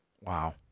Wow